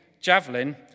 javelin